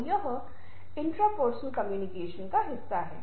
और यह अंतर्वैयक्तिक संचार का हिस्सा है